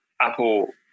Apple